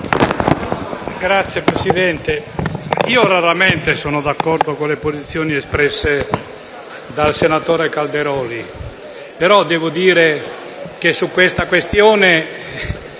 Signora Presidente, raramente sono d'accordo con le posizioni espresse dal senatore Calderoli, però devo dire che questa questione